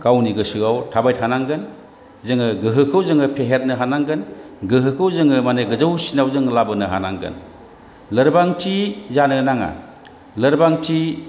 गावनि गोसोआव थाबाय थानांगोन जोङो गोहोखौ जोङो फेहेरनो हानांगोन गोहोखौ जोङो माने गोजौसिनाव जों लाबोनो हानांगोन लोरबांथि जानो नाङा लोरबांथि